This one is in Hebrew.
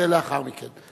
זה לאחר מכן.